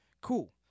cool